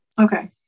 Okay